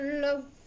love